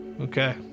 Okay